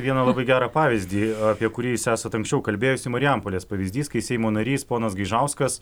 vieną labai gerą pavyzdį apie kurį jūs esat anksčiau kalbėjusi marijampolės pavyzdys kai seimo narys ponas gaižauskas